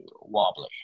wobbly